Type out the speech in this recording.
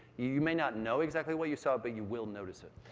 you may not know exactly what you saw, but you will notice it.